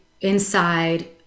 inside